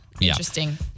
Interesting